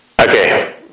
Okay